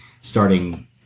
starting